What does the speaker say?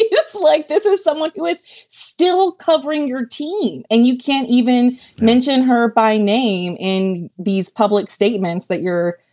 it's like this is someone who is still covering your team and you can't even mention her by name in these public statements that you're,